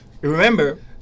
remember